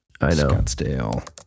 Scottsdale